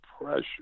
pressure